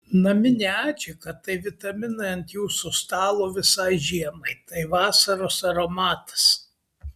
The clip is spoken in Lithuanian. naminė adžika tai vitaminai ant jūsų stalo visai žiemai tai vasaros aromatas